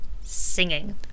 singing